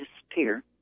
disappear